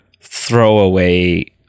throwaway